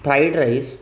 fried rice